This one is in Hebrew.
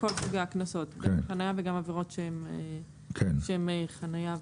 גם חניה וגם עבירות שהן חניה.